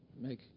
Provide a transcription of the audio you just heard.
make